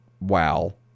wow